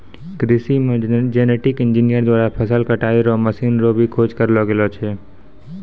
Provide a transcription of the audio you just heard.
कृषि मे genetic engineer द्वारा फसल कटाई रो मशीन रो भी खोज करलो गेलो छै